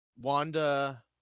Wanda